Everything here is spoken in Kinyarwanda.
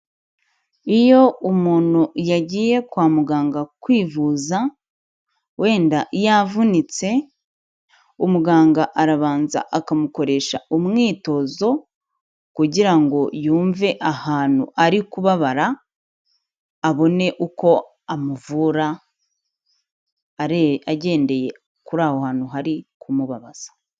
Iyo umuntu yagiye kwa muganga kwivuza, wenda yavunitse, umuganga arabanza akamukoresha umwitozo kugira ngo yumve ahantu ari kubabara, abone uko amuvura agendeye kuri aho hantu hari kumubabaza.